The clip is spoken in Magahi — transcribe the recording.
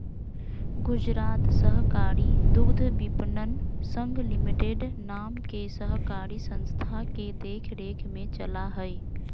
गुजरात सहकारी दुग्धविपणन संघ लिमिटेड नाम के सहकारी संस्था के देख रेख में चला हइ